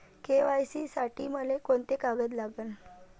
KYC साठी मले कोंते कागद लागन?